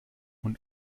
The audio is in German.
und